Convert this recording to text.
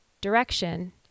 direction